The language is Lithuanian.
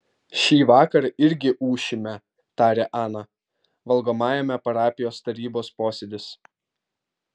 šįvakar irgi ūšime tarė ana valgomajame parapijos tarybos posėdis